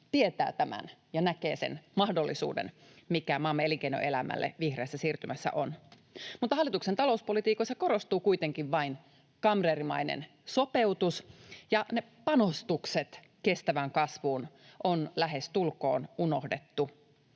tietää tämän ja näkee sen mahdollisuuden, mikä maamme elinkeinoelämälle vihreässä siirtymässä on. Mutta hallituksen talouspolitiikassa korostuu kuitenkin vain kamreerimainen sopeutus. Panostukset kestävään kasvuun on lähestulkoon unohdettu,